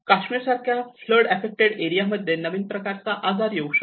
काश्मीर सारख्या flood affected एरियामध्ये नवीन प्रकारचा आजार येऊ शकतो